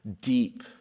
deep